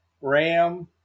Ram